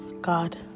God